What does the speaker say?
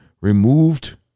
removed